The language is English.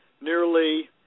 nearly